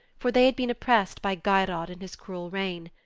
for they had been oppressed by geirrod in his cruel reign.